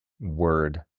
Word